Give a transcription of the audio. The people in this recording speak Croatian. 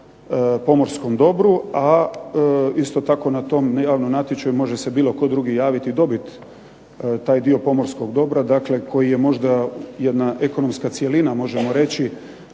na pomorskom dobru, a isto tako na tom javnom natječaju može se bilo tko drugi javiti i dobiti taj dio pomorskog dobra, dakle koji je možda jedna ekonomska cjelina možemo reći